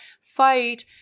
fight